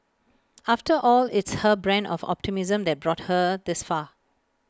after all it's her brand of optimism that brought her this far